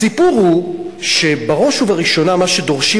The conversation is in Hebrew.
הסיפור הוא שבראש ובראשונה מה שדורשים